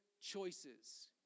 choices